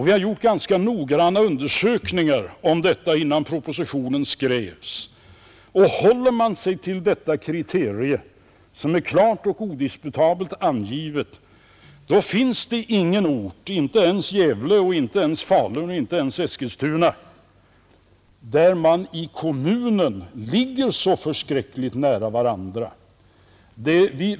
Vi har gjort ganska noggranna undersökningar om detta innan propositionen skrevs, och det visar sig att om man håller sig till detta kriterium — som är klart och odisputabelt angivet — finns det ingen ort, inte ens Gävle och inte ens Falun och inte ens Eskilstuna, där tidningarna i kommunen ligger så förskräckligt nära varandra.